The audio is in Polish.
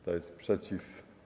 Kto jest przeciw?